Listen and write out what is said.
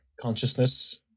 consciousness